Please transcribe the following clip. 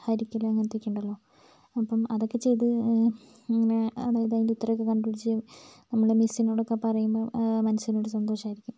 ഹരിക്കൽ അങ്ങനത്തെയൊക്കെ ഉണ്ടല്ലോ അപ്പം അതൊക്കെ ചെയ്ത് പിന്നെ അതായത് അതിൻ്റെ ഉത്തരമൊക്കെ കണ്ടുപിടിച്ച് നമ്മുടെ മിസ്സിനോടൊക്കെ പറയുമ്പോൾ മനസ്സിനൊരു സന്തോഷമായിരിക്കും